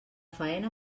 faena